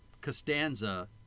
Costanza